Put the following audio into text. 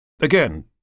Again